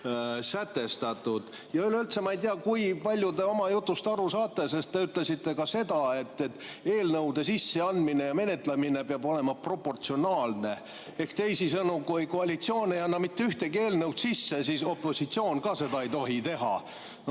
sätestatud. Ja üleüldse, ma ei tea, kui palju te oma jutust aru saate, sest te ütlesite ka seda, et eelnõude sisseandmine ja menetlemine peab olema proportsionaalne. Ehk teisisõnu, kui koalitsioon ei anna mitte ühtegi eelnõu sisse, siis opositsioon ka seda ei tohi teha.